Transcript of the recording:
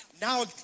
Now